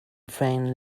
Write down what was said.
friend